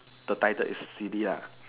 the title is silly ah